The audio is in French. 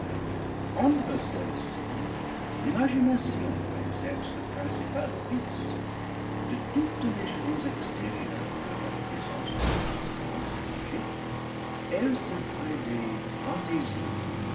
entre celles-ci l'imagination exerce le principal office de toutes les choses extérieures que représentent les cinq sens éveillés elle se crée des fantaisies